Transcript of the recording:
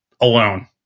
alone